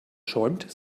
schäumt